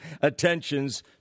attentions